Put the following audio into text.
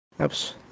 oops